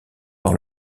dans